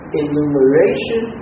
enumeration